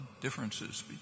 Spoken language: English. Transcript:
differences